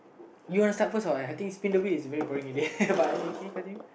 you want to start first or I think spin the wheel is quite boring already but anyway K continue